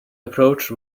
approach